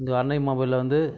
இங்கே அன்னை மொபைலில் வந்து